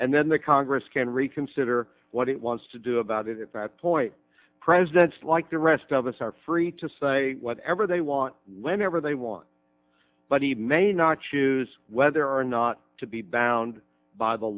and then the congress can reconsider what it wants to do about it at that point presidents like the rest of us are free to say whatever they want whenever they want but he may not choose whether or not to be bound by the